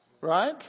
right